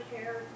care